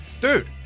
dude